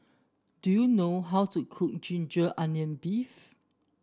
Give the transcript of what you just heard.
do you know how to cook Ginger Onions beef